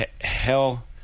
Hell